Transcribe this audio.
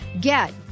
Get